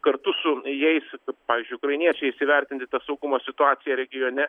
kartu su jais pavyzdžiui ukrainiečiais įvertinti tą saugumo situaciją regione